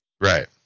Right